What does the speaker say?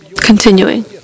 Continuing